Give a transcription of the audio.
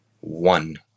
one